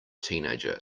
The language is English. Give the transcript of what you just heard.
teenager